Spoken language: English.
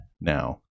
Now